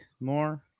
more